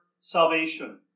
Salvation